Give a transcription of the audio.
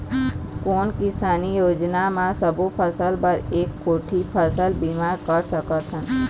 कोन किसानी योजना म सबों फ़सल बर एक कोठी फ़सल बीमा कर सकथन?